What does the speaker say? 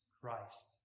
Christ